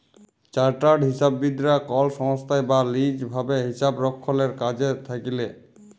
chartered হিসাববিদ রা কল সংস্থায় বা লিজ ভাবে হিসাবরক্ষলের কাজে থাক্যেল